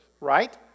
right